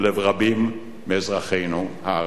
בלב רבים מאזרחינו הערבים.